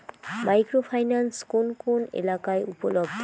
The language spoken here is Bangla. মাইক্রো ফাইন্যান্স কোন কোন এলাকায় উপলব্ধ?